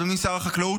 אדוני שר החקלאות,